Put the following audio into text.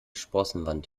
sprossenwand